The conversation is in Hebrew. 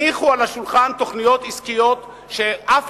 הניחו על השולחן תוכניות עסקיות שאף